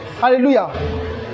Hallelujah